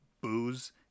booze